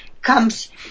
comes